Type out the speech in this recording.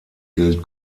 gilt